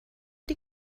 die